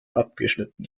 abgeschnitten